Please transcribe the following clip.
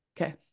Okay